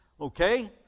okay